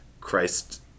Christ